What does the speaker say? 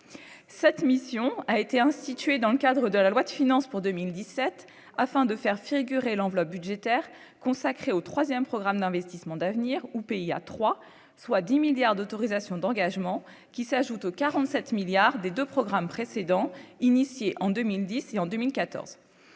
cette mission a été institué dans le cadre de la loi de finances pour 2017 afin de faire figurer l'enveloppe budgétaire consacrée au 3ème programme d'investissements d'avenir ou pays à 3, soit 10 milliards d'autorisation d'engagement qui s'ajoute aux 47 milliards des 2 programmes précédents initiée en 2010 et en 2014,